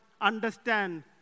understand